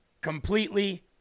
completely